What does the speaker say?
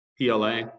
PLA